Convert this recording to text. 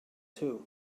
too